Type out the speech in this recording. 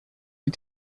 die